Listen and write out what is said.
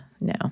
No